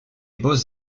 beaux